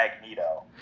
magneto